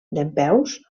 dempeus